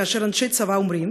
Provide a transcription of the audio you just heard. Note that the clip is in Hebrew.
כאשר אנשי צבא אומרים